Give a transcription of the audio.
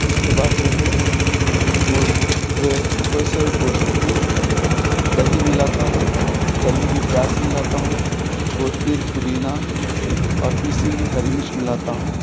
اس کے بعد جو ہے گوشت دھوئے دھوئے سے گوشت میں دہی ملاتا ہوں تلی ہوئی پیاز ملاتا ہوں کوتمیر پودینا اور پسی ہوئی ہری مرچ ملاتا ہوں